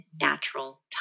natural